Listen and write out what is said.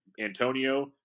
Antonio –